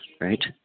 right